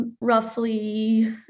roughly